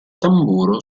tamburo